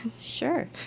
Sure